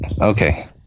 Okay